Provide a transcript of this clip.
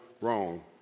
wrong